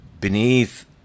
beneath